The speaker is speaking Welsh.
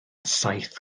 saith